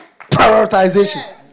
prioritization